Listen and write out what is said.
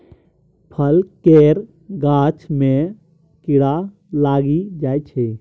फल केर गाछ मे कीड़ा लागि जाइ छै